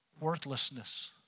worthlessness